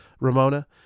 Ramona